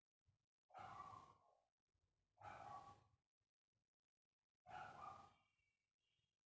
ನಿಧಿ ವರ್ಗಾವಣೆ ಬಗ್ಗೆ ಹೇಗೆ ತಿಳಿಯುವುದು?